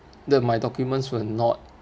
the my documents were not